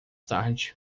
tarde